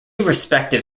respective